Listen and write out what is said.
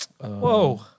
Whoa